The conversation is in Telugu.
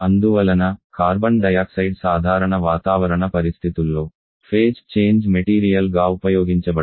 అందువలన కార్బన్ డయాక్సైడ్ సాధారణ వాతావరణ పరిస్థితుల్లో ఫేజ్ చేంజ్ మెటీరియల్ గా ఉపయోగించబడదు